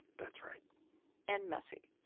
that's right and messy